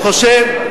אני חושב,